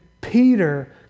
Peter